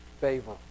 favor